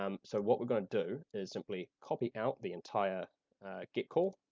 um so, what we're gonna do is simply copy out the entire get call,